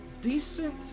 decent